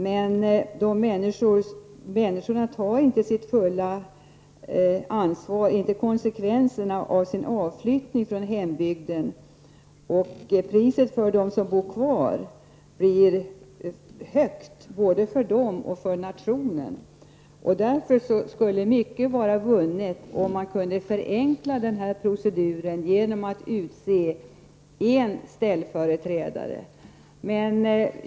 Men de som flyttar tar inte konsekvenserna av sin utflyttning, och priset blir högt både för dem som stannar kvar och för nationen. Därför skulle mycket vara vunnet, om man kunde förenkla proceduren genom att utse en ställföreträdare.